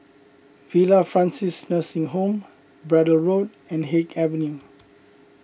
Villa Francis Nursing Home Braddell Road and Haig Avenue